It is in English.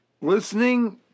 listening